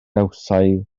gawsai